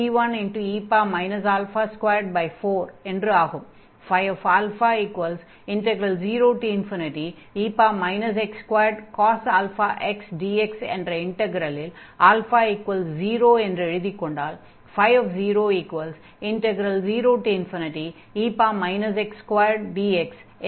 0e x2cos αx dx என்ற இன்டக்ரலில் 0 என்று எழுதிக்கொண்டால் 00e x2dx என்று ஆகும்